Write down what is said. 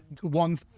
One